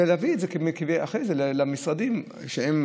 ולהביא את זה אחרי זה למשרדים הביצועיים,